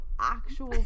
actual